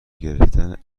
گرفتن